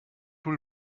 null